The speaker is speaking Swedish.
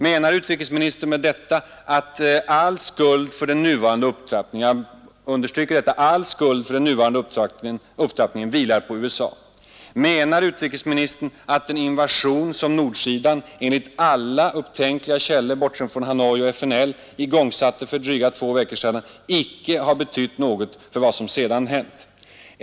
Menar utrikesministern med detta att all skuld för den nuvarande upptrappningen vilar på USA? Menar utrikesministern att den invasion som nordsidan — enligt alla upptänkliga källor, bortsett från Hanoi och FNL — igångsatte för drygt två veckor sedan inte har betytt något för vad som sedan hänt?